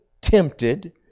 tempted